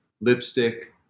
lipstick